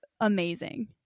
amazing